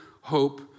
hope